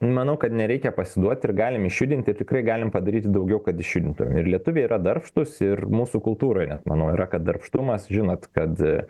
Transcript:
manau kad nereikia pasiduot ir galim išjudinti tikrai galim padaryti daugiau kad išjudintum ir lietuviai yra darbštūs ir mūsų kultūroj net manau yra kad darbštumas žinot kad